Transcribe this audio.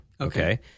Okay